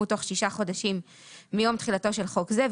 תוך שישה חודשים מיום תחילתו של חוק זה,